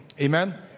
Amen